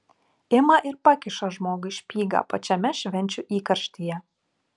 ima ir pakiša žmogui špygą pačiame švenčių įkarštyje